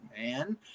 man